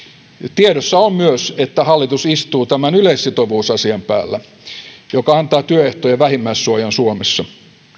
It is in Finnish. tiedossa on myös että hallitus istuu tämän yleissitovuusasian päällä joka antaa työehtojen vähimmäissuojan suomessa